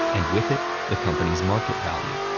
and with it, the company's market value.